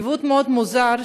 עיוות מאוד מוזר,